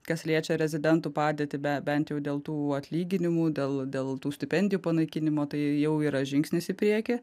kas liečia rezidentų padėtį be bent jau dėl tų atlyginimų dėl dėl tų stipendijų panaikinimo tai jau yra žingsnis į priekį